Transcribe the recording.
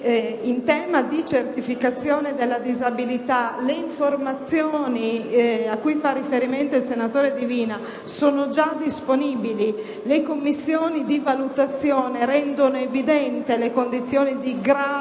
in tema di certificazione della disabilità, le informazioni cui fa riferimento il senatore Divina sono già disponibili: le commissioni di valutazione rendono evidenti le condizioni di grave